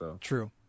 True